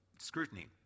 scrutiny